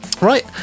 Right